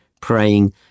praying